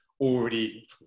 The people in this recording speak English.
already